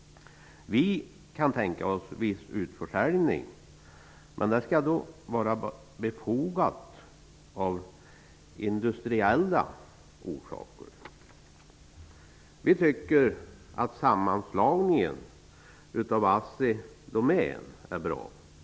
Vi kan tänka oss en viss utförsäljning, men den skall vara befogad av industriella orsaker. Vi tycker att sammanslagningen av Assi och Domän är bra.